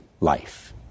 life